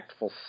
impactful